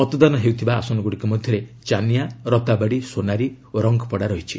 ମତଦାନ ହେଉଥିବା ଆସନଗୁଡ଼ିକ ମଧ୍ୟରେ ଜାନିଆ ରତାବାଡ଼ି ସୋନାରି ଓ ରଙ୍ଗପଡ଼ା ରହିଛି